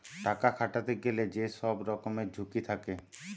টাকা খাটাতে গেলে যে সব রকমের ঝুঁকি থাকে